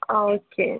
ആ ഓക്കെ